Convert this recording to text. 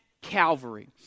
Calvary